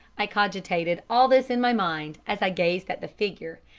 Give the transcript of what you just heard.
i cogitated all this in my mind as i gazed at the figure,